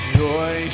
joy